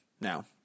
Now